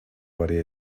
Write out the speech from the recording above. body